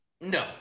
No